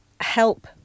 help